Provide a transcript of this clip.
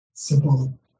Simple